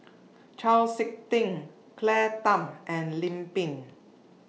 Chau Sik Ting Claire Tham and Lim Pin